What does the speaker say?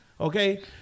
okay